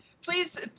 please